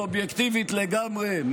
סובייקטיבית לגמרי,